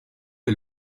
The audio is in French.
est